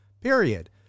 period